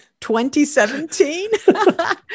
2017